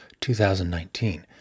2019